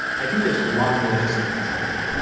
i think there's a lot of really interesting things happening.